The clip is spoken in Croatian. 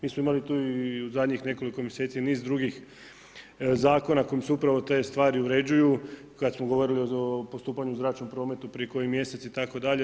Mi smo imali tu i u zadnjih nekoliko mjeseci niz drugih zakona kojim se upravo te stvari uređuju, kad smo govorili o postupanju u zračnom prometu prije koji mjesec itd.